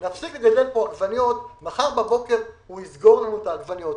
נפסיק לגדל פה עגבניות ומחר בבוקר ארדואן יסגור לנו את העגבניות.